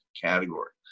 category